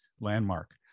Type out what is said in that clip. landmark